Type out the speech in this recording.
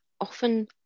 often